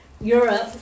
Europe